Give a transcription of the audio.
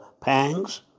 pangs